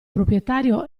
proprietario